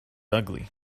ugly